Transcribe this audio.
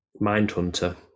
mindhunter